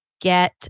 get